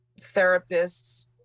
therapists